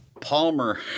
Palmer